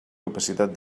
capacitat